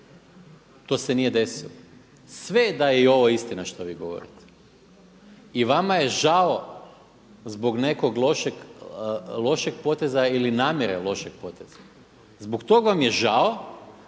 to se nije desilo, sve da je i ovo istina što vi govorite. I vama je žao zbog nekog lošeg poteza ili namjere lošeg poteza, zbog tog vam je žao,